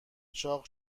چاق